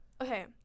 Okay